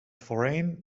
foreign